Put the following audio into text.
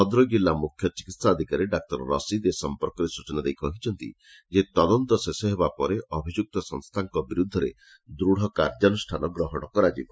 ଭଦ୍ରକ ଜିଲ୍ଲା ମୁଖ୍ୟ ଚିକିହାଧିକାରୀ ଡାକ୍ତର ରସିଦ୍ ଏ ସମ୍ମର୍କରେ ସୂଚନା ଦେଇ କହିଛନ୍ତି ତଦନ୍ତ ଶେଷ ହେବା ପରେ ଅଭିଯୁକ୍ତ ସଂସ୍ଥାଙ୍କ ବିରୁଦ୍ଧରେ ଦୃଢ଼ କାର୍ଯ୍ୟାନୁଷ୍ଠାନ ଗ୍ରହଣ କରାଯିବ